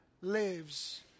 lives